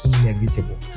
inevitable